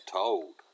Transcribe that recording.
told